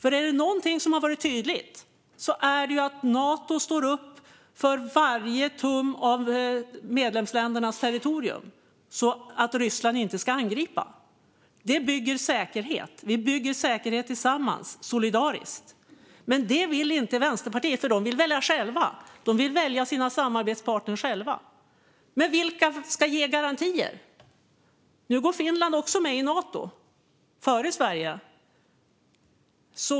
Är det någonting som har varit tydligt är det att Nato står upp för varje tum av medlemsländernas territorium, så att Ryssland inte ska angripa. Det bygger säkerhet. Vi bygger säkerhet tillsammans solidariskt. Men det vill inte Vänsterpartiet, för de vill välja sina samarbetspartner själva. Men vilka ska ge garantier? Nu går Finland också med i Nato före Sverige.